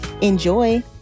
Enjoy